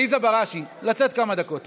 עליזה בראשי, לצאת לכמה דקות.